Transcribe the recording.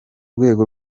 rwego